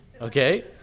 okay